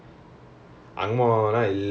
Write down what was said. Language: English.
oh ang moh நாலையா:naalaiyaa